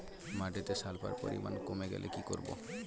মাটিতে সালফার পরিমাণ কমে গেলে কি করব?